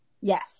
Yes